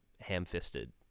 ham-fisted